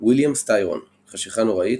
ויליאם סטיירון, חשיכה נראית,